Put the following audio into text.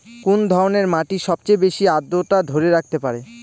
কোন ধরনের মাটি সবচেয়ে বেশি আর্দ্রতা ধরে রাখতে পারে?